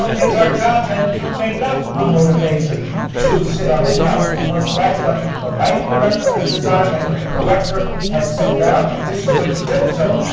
it's our job then to make up a motivation to sit on the couch, because that's what the lighting director has designed, that's what the director has set down, that this is what you do. so